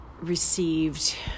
received